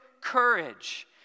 courage